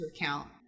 account